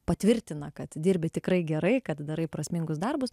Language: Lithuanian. patvirtina kad dirbi tikrai gerai kad darai prasmingus darbus